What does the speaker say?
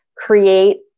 create